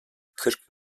kırk